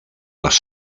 les